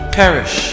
perish